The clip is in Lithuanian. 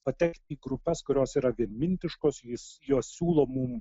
patekti į grupes kurios yra vienmintiškos jis jos siūlo mum